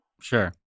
Sure